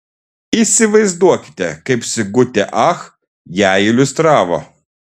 įsivaizduokite kaip sigutė ach ją iliustravo